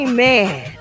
Amen